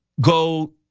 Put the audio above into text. go